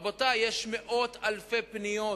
רבותי, יש מאות אלפי פניות